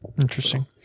Interesting